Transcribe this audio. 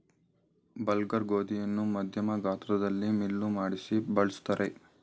bulgur ಗೋಧಿಯನ್ನು ಮಧ್ಯಮ ಗಾತ್ರದಲ್ಲಿ ಮಿಲ್ಲು ಮಾಡಿಸಿ ಬಳ್ಸತ್ತರೆ